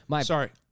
sorry